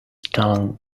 tongue